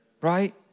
Right